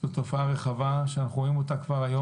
זו תופעה רחבה שאנחנו רואים אותה כבר היום